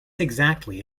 exactly